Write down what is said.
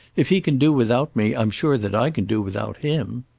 if he can do without me, i'm sure that i can do without him.